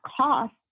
cost